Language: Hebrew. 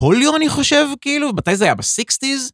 ‫הוליו, אני חושב, ‫כאילו, מתי זה היה? ב-60's?